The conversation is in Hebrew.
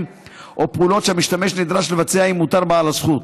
או פעולות שהמשתמש נדרש לבצע אם אותר בעל הזכות.